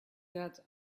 that